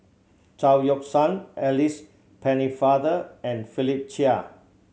Chao Yoke San Alice Pennefather and Philip Chia